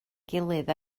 gilydd